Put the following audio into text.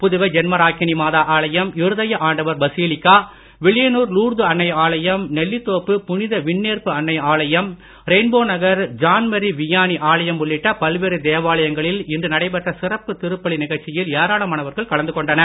புதுவை ஜென்மராக்கினி மாதா ஆலயம் இருதய ஆண்டவர் பசிலிக்கா வில்லியனுர் லூர்து அன்னை ஆலயம் நெல்லித்தோப்பு புனித வின்னேற்பு அன்னை ஆலயம் ரெயின்போ நகர் ஜான்மரி வியானி ஆலயம் உள்ளிட்ட பல்வேறு தேவாலயங்களில் இன்று நடைபெற்ற சிறப்பு திருப்பலி நிகழ்ச்சியில் ஏராளமானவர்கள் கலந்து கொண்டனர்